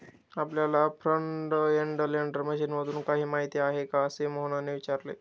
आपल्याला front end loader मशीनबद्दल काही माहिती आहे का, असे मोहनने विचारले?